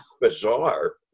bizarre